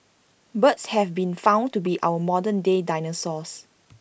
birds have been found to be our modern day dinosaurs